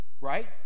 right